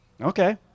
Okay